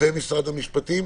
ומשרד המשפטים,